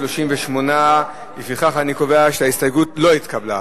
38. לפיכך אני קובע שההסתייגות לא התקבלה.